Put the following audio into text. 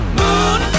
moon